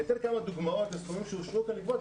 אני אתן כמה דוגמאות לסכומים שאושרו כאן לגבות,